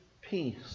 peace